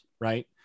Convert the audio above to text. right